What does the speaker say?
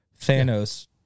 Thanos